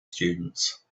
students